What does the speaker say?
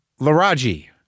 Laraji